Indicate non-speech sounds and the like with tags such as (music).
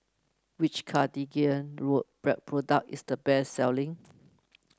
which Cartigain (unintelligible) product is the best selling